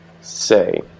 say